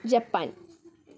Japan